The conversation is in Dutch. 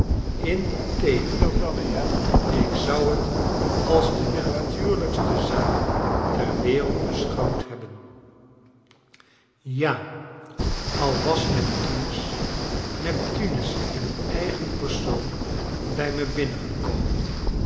integendeel ik zou het als de natuurlijkste zaak ter wereldbeschouwd hebben ja al was neptunes neptunus in eigen persoon bij me binnengekomen